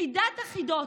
חידת החידות: